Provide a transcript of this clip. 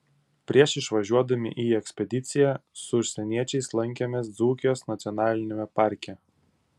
prieš išvažiuodami į ekspediciją su užsieniečiais lankėmės dzūkijos nacionaliniame parke